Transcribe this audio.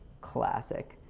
Classic